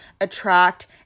attract